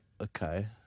okay